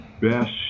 best